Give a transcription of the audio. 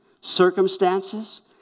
circumstances